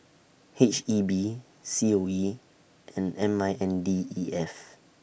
H E B C O E and M I N D E F